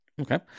okay